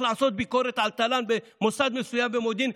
לעשות ביקורת על תל"ן במוסד מסוים במודיעין.